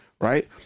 Right